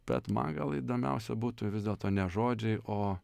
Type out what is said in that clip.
bet man gal įdomiausia būtų vis dėlto ne žodžiai o